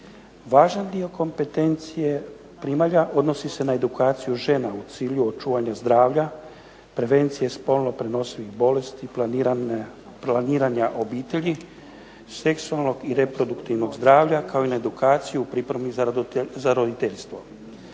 važan dio kompetencija primalja odnosi se na edukaciju žena u cilju očuvanja zdravlja, prevencije spolno prenosivih bolesti, planiranja obitelji i reproduktivnog zdravlja itd. Nadalje, zakonski prijedlog